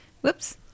Whoops